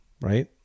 right